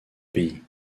pays